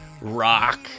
rock